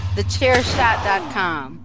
TheChairShot.com